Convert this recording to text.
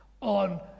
on